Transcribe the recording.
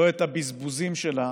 לא את הבזבוזים שלה